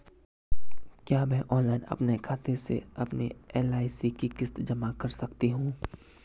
क्या मैं ऑनलाइन अपने खाते से अपनी एल.आई.सी की किश्त जमा कर सकती हूँ?